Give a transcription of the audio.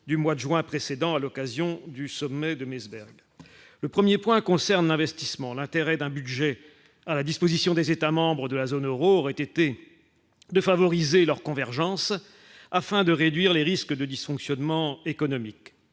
du mois de juin précédents, à l'occasion du sommet de Meseberg le 1er point concerne l'investissement, l'intérêt d'un budget à la disposition des États-membres de la zone Euro, aurait été de favoriser leurs convergences afin de réduire les risques de dysfonctionnement économique